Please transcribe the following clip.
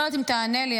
לא יודעת אם תענה לי,